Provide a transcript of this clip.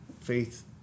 faith